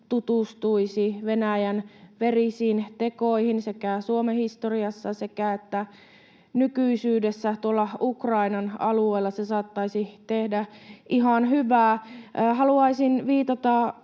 tutustuisi Venäjän verisiin tekoihin sekä Suomen historiassa että nykyisyydessä tuolla Ukrainan alueella. Se saattaisi tehdä ihan hyvää. Haluaisin viitata